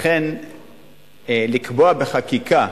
לכן לקבוע בחקיקה